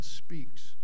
speaks